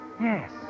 Yes